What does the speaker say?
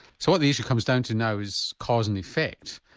so what the issue comes down to now is cause and effect.